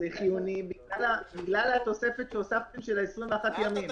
זה חיוני, בגלל התוספת שהוספתם, של ה-21 ימים.